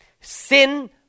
Sin